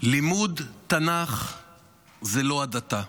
לימוד תנ"ך זה לא הדתה.